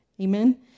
amen